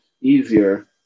easier